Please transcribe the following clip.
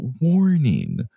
warning